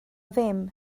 ddim